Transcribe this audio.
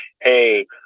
Hey